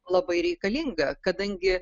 labai reikalinga kadangi